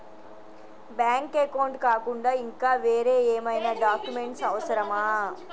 Bank account కాకుండా ఇంకా వేరే ఏమైనా డాక్యుమెంట్స్ అవసరమా?